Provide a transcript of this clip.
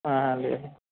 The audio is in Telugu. ఆ లేదు